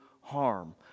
harm